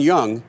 Young